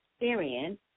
experience